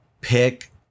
pick